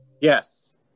Yes